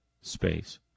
Space